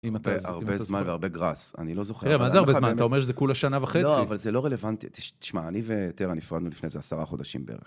הרבה זמן והרבה גרס, אני לא זוכר. מה זה הרבה זמן? אתה אומר שזה כל השנה וחצי? לא, אבל זה לא רלוונטי. תשמע, אני וטרה נפרדנו לפני זה עשרה חודשים בערך.